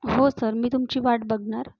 हो सर मी तुमची वाट बघणार